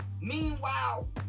Meanwhile